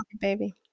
baby